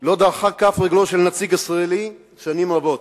לא דרכה כף רגלו של נציג ישראלי שנים רבות.